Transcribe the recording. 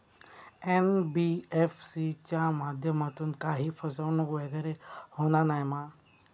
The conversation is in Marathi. एन.बी.एफ.सी च्या माध्यमातून काही फसवणूक वगैरे होना नाय मा?